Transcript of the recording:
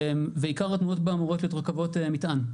ועיקר התנועות בה אמורות להיות רכבות מטען.